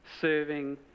serving